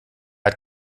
hat